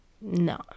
no